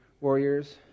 warriors